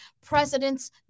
Presidents